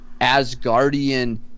Asgardian